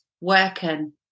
working